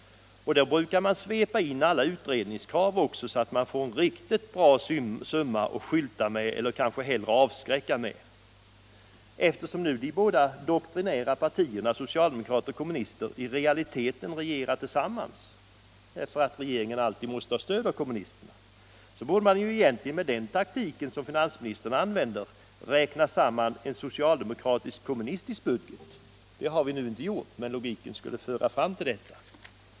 Därvid brukar man svepa in alla ut debatt Allmänpolitisk debatt redningskrav också så att man får en riktigt bra summa att skylta med eller kanske hellre avskräcka med. Eftersom nu de båda doktrinära partierna, socialdemokraterna och kommunisterna, i realiteten regerar tillsammans -— regeringen måste ju alltid ha stöd av kommunisterna — borde man egentligen med den taktik som finansministern använder räkna samman en socialdemokratisk-kommunistisk budget. Det har vi nu inte gjort, men logiken skulle föra fram till detta.